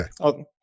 Okay